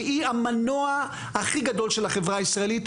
שהיא המנוע הכי גדול של החברה הישראלית,